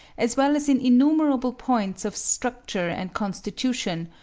as well as in innumerable points of structure and constitution,